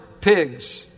pigs